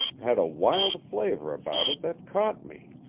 had a wild flavor about it that caught me.